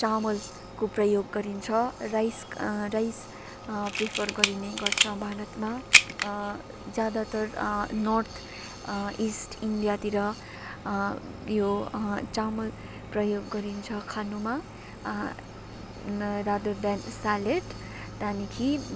चावलको प्रयोग गरिन्छ rice rice prefer गरिने गर्छ भारतमा ज्यादातर नर्थ इस्ट इन्डियातिर यो चामल प्रयोग गरिन्छ खानुमा न रेदर द्यान स्यालेड त्यहाँदेखि